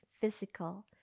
physical